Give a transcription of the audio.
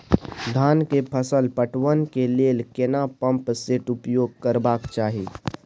धान के फसल पटवन के लेल केना पंप सेट उपयोग करबाक चाही?